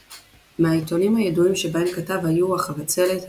מהעיתונים הידועים שבהם כתב היו "החבצלת",